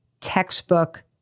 textbook